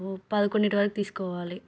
పదకొండింటి వరకు తీసుకుపోవాలి